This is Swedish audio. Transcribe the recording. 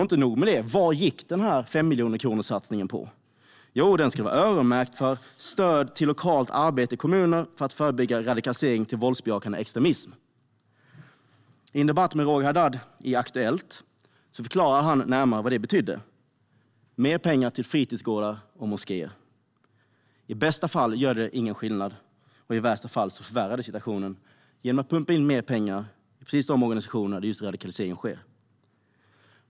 Inte nog med det. Vad gick deras satsning på 5 miljoner till? Jo, den ska vara öronmärkt för stöd till lokalt arbete i kommuner för att förebygga radikalisering till våldsbejakande extremism. I en debatt i Aktuellt förklarade Roger Haddad närmare vad det betydde: mer pengar till fritidsgårdar och moskéer. I bästa fall gör det ingen skillnad. I värsta fall förvärrar det situationen genom att pumpa mer skattepengar till precis de organisationer där radikalisering sker.